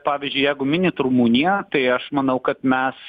pavyzdžiui jeigu minit rumuniją tai aš manau kad mes